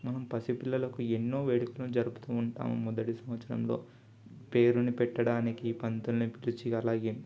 మనం పసిపిల్లలకు ఎన్నో వేడుకలు జరుపుతు ఉంటాము మొదటి సంవత్సరంలో పేరుని పెట్టడానికి పంతులును పిలిచి అలాగే